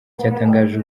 cyatangaje